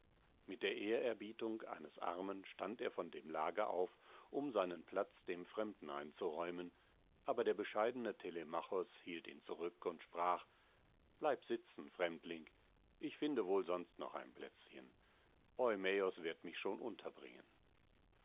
mit der ehrerbietung eines armen stand er von dem lager auf um seinen platz dem fremden einzuräumen aber der bescheidene telemachos hielt ihn zurück und sprach bleib sitzen fremdling ich finde wohl sonst noch ein plätzchen eumäos wird mich schon unterbringen